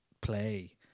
play